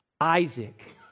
Isaac